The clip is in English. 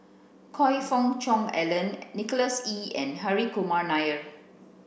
Choe Fook Cheong Alan Nicholas Ee and Hri Kumar Nair